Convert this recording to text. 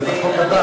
זה בחוק הבא.